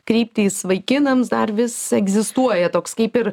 kryptys vaikinams dar vis egzistuoja toks kaip ir